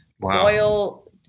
soil